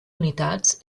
unitats